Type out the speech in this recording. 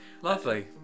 Lovely